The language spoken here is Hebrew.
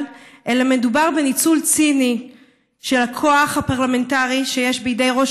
אלא מדובר בניצול ציני של הכוח הפרלמנטרי שיש בידי ראש